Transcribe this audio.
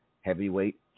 Heavyweight